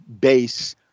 base